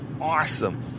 awesome